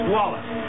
Wallace